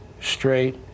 straight